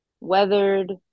weathered